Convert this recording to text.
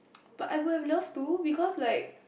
but I would've loved to because like